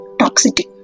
toxicity